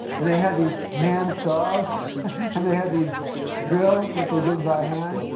and they had these hand saws and they had these drills that they did by hand.